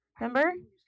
remember